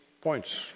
points